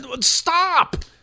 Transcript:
stop